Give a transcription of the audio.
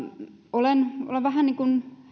olen vähän niin kuin